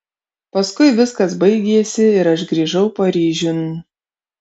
paskui viskas baigėsi ir aš grįžau paryžiun